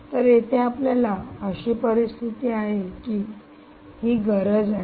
तर येथे आपल्याकडे अशी परिस्थिती आहे की ही गरज आहे